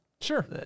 Sure